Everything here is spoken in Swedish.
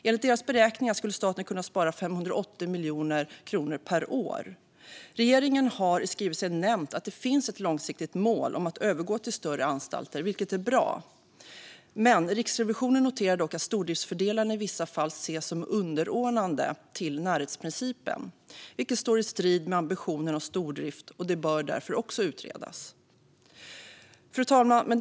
Enligt deras beräkningar skulle staten kunna spara 580 miljoner kronor per år. Regeringen har i skrivelsen nämnt att det finns ett långsiktigt mål om att övergå till större anstalter, vilket är bra. Riksrevisionen noterar dock att stordriftsfördelarna i vissa fall ses som underordnade närhetsprincipen, vilket står i strid med ambitionen om stordrift. Även detta bör därför utredas. Fru talman!